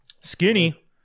Skinny